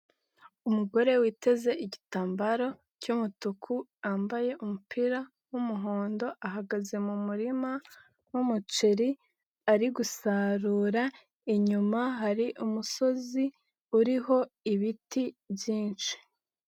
Umugore witeze igitambaro cy'umutuku, wambaye umupira w'umuhondo, ahagaze mu murima w'umuceri ari gusarura inyuma hari umusozi uriho ibiti byinshi.